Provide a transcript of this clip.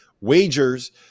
wagers